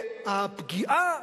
והפגיעה